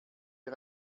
wir